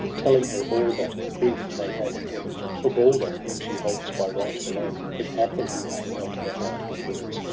telling her all that grief they have in heaven for balder, whom she holds by right below. if haply he may melt her heart with words.